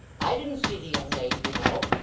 i didn't see the young lady, you know.